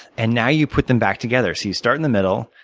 and now, you put them back together. so you start in the middle,